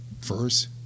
first